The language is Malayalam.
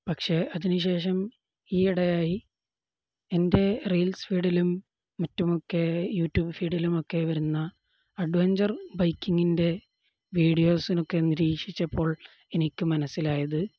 പക്ഷേ അതിനുശേഷം ഈയിടെയായി എൻ്റെ റീൽസ് ഫീഡിലും മറ്റുമൊക്കെ യൂ ട്യൂബ് ഫീഡിലുമൊക്കെ വരുന്ന അഡ്വഞ്ചർ ബൈക്കിങ്ങിൻ്റെ വീഡിയോസിനൊക്കെ നിരീക്ഷിച്ചപ്പോൾ എനിക്കു മനസ്സിലായത്